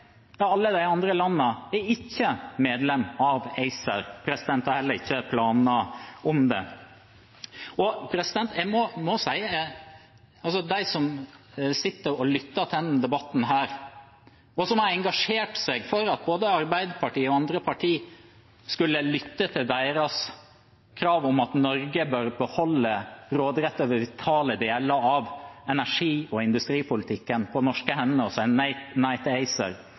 er ikke medlemmer av ACER og har heller ikke planer om det. Og jeg må si: De som sitter og lytter til denne debatten, og som har engasjert seg for at både Arbeiderpartiet og andre partier skulle lytte til deres krav om at Norge bør beholde råderett over vitale deler av energi- og industripolitikken på norske hender